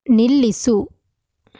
ನಿಲ್ಲಿಸು